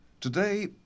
Today